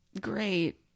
great